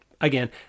Again